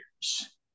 years